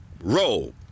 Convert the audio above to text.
roll